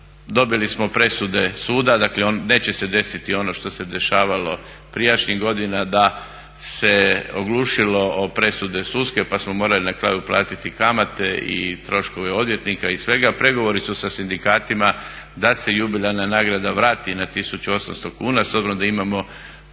dobili smo presude suda. Dakle neće se desiti ono što se dešavalo prijašnjih godina da se oglušilo o presude sudske pa smo morali na kraju platiti kamate i troškove odvjetnika i svega, pregovori su sa sindikatima da se jubilarna nagrada vrati na 1800 kuna s obzirom da imamo